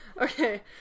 Okay